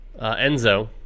Enzo